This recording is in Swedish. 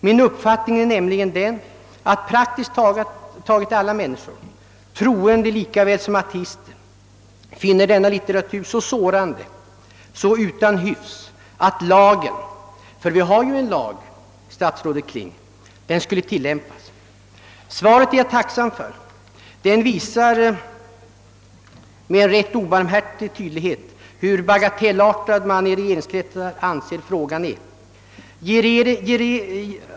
Min uppfattning är nämligen den, att praktiskt taget alla människor, troende likaväl som ateister, finner denna litteratur så sårande, så utan hyfs, att lagen — vi har ju en lag, statsrådet Kling — skulle tillämpas. Svaret är jag tacksam för. Det visar med ganska obarmhärtig tydlighet hur bagatellartad man i regeringskretsar anser att frågan är.